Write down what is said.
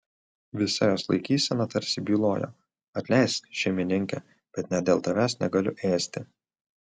visa jos laikysena tarsi bylojo atleisk šeimininke bet net dėl tavęs negaliu ėsti